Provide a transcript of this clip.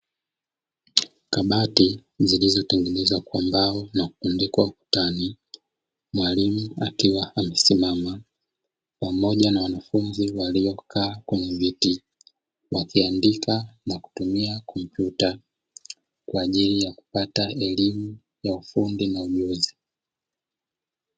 Kabati zilizotengenezwa kwa mbao na kubandikwa ukutani, mwalimu akiwa amesimama pamoja na wanafunzi waliokaa kwenye viti; wakiandika na kutumia kompyuta kwa ajili ya kupata elimu ya ufundi na ujuzi.